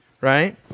right